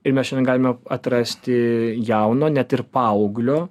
ir mes šiandien galime atrasti jauno net ir paauglio